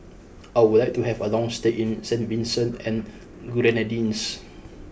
I would like to have a long stay in Saint Vincent and Grenadines